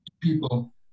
people